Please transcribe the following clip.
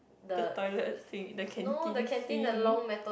the toilet sing the canteen singing